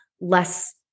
less